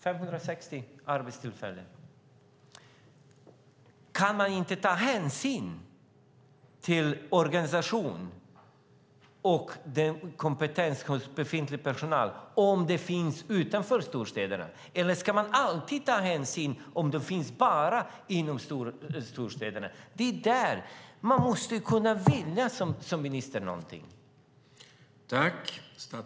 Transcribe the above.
560 arbetstillfällen har alltså försvunnit. Tar man inte hänsyn till organisation och kompetens hos befintlig personal om myndigheten finns utanför storstäderna? Är det bara när myndigheterna finns i storstäderna som man tar hänsyn? Man måste vilja någonting som minister.